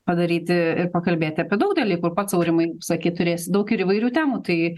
padaryti ir pakalbėti apie daugelį kur pats aurimai sakei turėsi daug ir įvairių temų tai